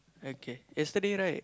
okay yesterday right